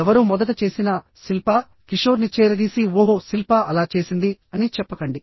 ఎవరు మొదట చేసినా శిల్పా కిషోర్ని చేరదీసి ఓహో శిల్పా అలా చేసింది అని చెప్పకండి